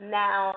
now